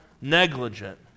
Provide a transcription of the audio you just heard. negligent